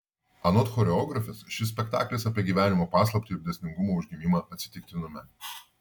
anot choreografės šis spektaklis apie gyvenimo paslaptį ir dėsningumo užgimimą atsitiktinume